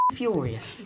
furious